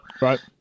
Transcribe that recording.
right